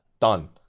Done